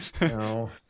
no